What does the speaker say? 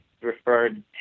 referred